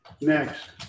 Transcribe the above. Next